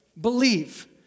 believe